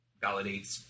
validates